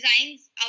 designs